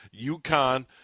UConn